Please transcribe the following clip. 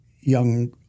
young